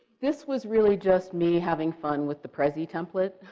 this was really just me having fun with the prezi template.